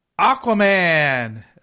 Aquaman